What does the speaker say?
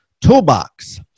toolbox